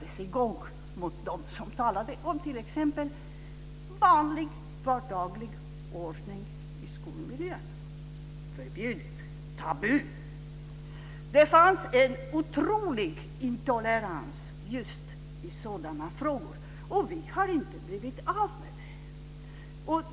riktades mot oss som talade om t.ex. vanlig vardaglig ordning i skolmiljö. Det var förbjudet, tabu. Det fanns en otrolig intolerans just i sådana frågor, och den har vi inte blivit av med.